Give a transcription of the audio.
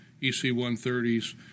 EC-130s